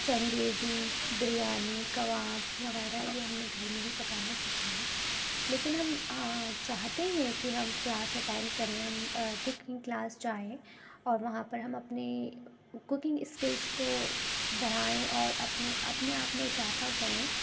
چنگیزی بریانی کباب وغیرہ یہ ہم نے گھر میں ہی پکانا سیکھے ہیں لیکن ہم چاہتے ہیں کہ ہم کلاس اٹینڈ کریں ہم کوکنگ کلاس جائیں اور وہاں پر ہم اپنی کوکنگ اسکلس کو بڑھائیں اور اپنے اپنے آپ میں اضافہ کریں